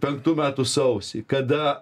penktų metų sausį kada